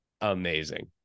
amazing